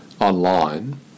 online